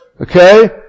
okay